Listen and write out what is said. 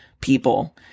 people